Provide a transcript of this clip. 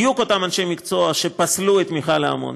בדיוק אותם אנשי מקצוע שפסלו את מכל האמוניה.